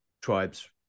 tribes